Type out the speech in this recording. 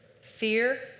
fear